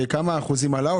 בכמה אחוזים עלה?